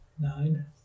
Nine